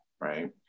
right